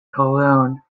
cologne